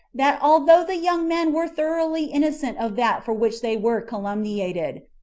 that although the young men were thoroughly innocent of that for which they were calumniated,